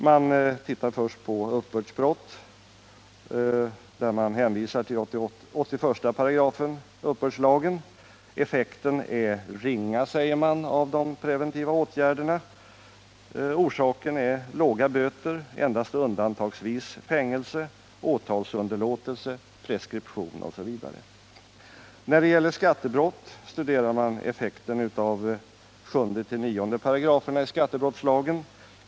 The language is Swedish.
Man tittar först på uppbördsbrott, där man hänvisar till 81 § uppbördslagen. Effekten är ringa, säger man, av de preventiva åtgärderna. Orsaken är låga böter, endast undantagsvis fängelse, åtalsunderlåtelse, preskription osv. När det gäller skattebrott studerar man effekten av 7-9 §§ skattebrottslagen.